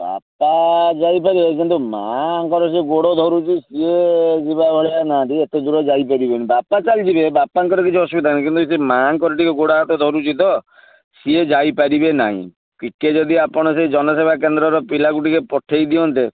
ବାପା ଯାଇପାରିବେ କିନ୍ତୁ ମାଆଙ୍କର ଯେଉଁ ଗୋଡ଼ ଧରୁଛୁ ସିଏ ଯିବା ଭଳିଆ ନାହାନ୍ତି ଏତେ ଦୂର ଯାଇପାରିବେନି ବାପା ଚାଲିଯିବେ ବାପାଙ୍କର କିଛି ଅସୁବିଧା ନାହିଁ କିନ୍ତୁ ସେ ମାଆଙ୍କର ଟିକେ ଗୋଡ଼ ହାତ ଧରୁଛି ତ ସିଏ ଯାଇ ପାରିବେ ନାହିଁ ଟିକିଏ ଯଦି ଆପଣ ସେ ଜନସେବା କେନ୍ଦ୍ରର ପିଲାକୁ ଟିକିଏ ପଠାଇଦିଅନ୍ତେ